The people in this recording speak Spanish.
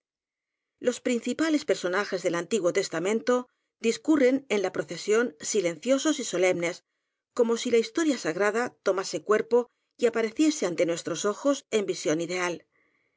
los principales personajes del antiguo testa mento discurren en la procesión silenciosos y so lemnes como si la historia sagrada tomase cuerpo y apareciese ante nuestros ojos en visión ideal